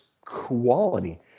quality